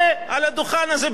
אדוני שר הביטחון,